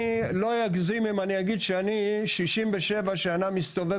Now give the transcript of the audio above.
אני לא אגזים אם אני אגיד שאני 67 שנה מסתובב